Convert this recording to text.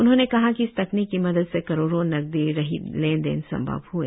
उन्होंने कहा कि इस तकनीक की मदद से करोड़ों नकदी रहित लेनदेन सम्भव हए